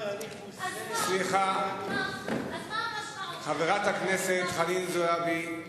סליחה, חברת הכנסת חנין זועבי.